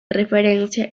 referencia